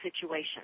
situation